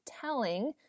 telling